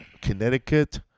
Connecticut